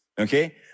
okay